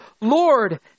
Lord